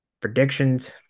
predictions